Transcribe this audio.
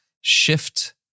shift